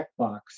checkbox